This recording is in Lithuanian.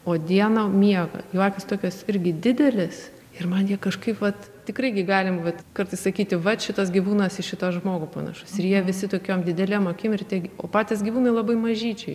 o dieną miega jų akys tokios irgi didelės ir man jie kažkaip vat tikrai gi galim vat kartais sakyti va šitas gyvūnas į šitą žmogų panašus ir jie visi tokiom didelėm akim ir tie o patys gyvūnai labai mažyčiai